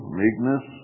meekness